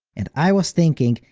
and i was thinking,